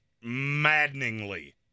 maddeningly